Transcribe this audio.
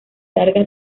largas